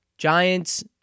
Giants